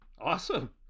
awesome